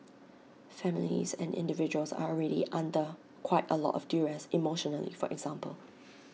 families and individuals are already under quite A lot of duress emotionally for example